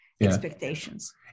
expectations